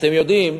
אתם יודעים,